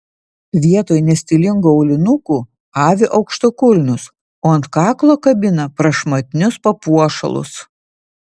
vietoj nestilingų aulinukų avi aukštakulnius o ant kaklo kabina prašmatnius papuošalus